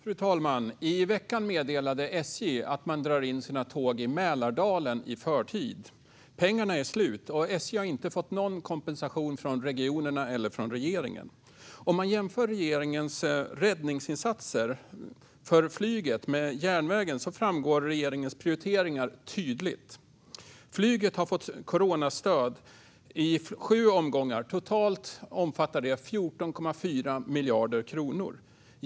Fru talman! I veckan meddelade SJ att man drar in sina tåg i Mälardalen i förtid. Pengarna är slut, och SJ har inte fått någon kompensation från regionerna eller regeringen. Om man jämför regeringens räddningsinsatser för flyget med insatserna för järnvägen framgår regeringens prioritering tydligt. Flyget har fått coronastöd i sju omgångar, och totalt omfattar stödet 14,4 miljarder kronor.